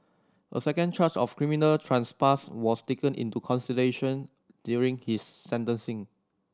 a second charge of criminal trespass was taken into consideration during his sentencing